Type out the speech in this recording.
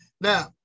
now